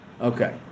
Okay